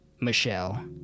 Michelle